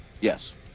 Yes